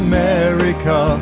America